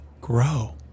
grow